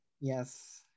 yes